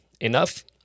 enough